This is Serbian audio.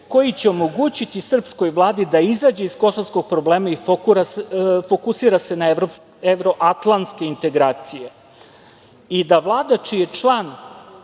koji će omogućiti srpskoj Vladi da izađe iz kosovskog problema i fokusira se na evroatlantske integracije i da Vlada čiji je član